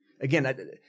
again